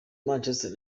manchester